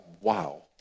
wow